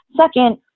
Second